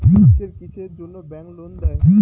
কিসের কিসের জন্যে ব্যাংক লোন দেয়?